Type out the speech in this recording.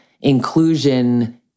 inclusion